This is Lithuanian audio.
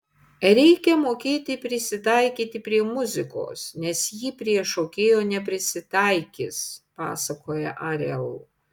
reikia mokėti prisitaikyti prie muzikos nes ji prie šokėjo neprisitaikys pasakoja ariel